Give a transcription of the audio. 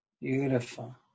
Beautiful